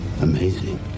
amazing